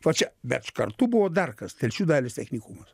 va čia bet kartu buvo dar kas telšių dailės technikumas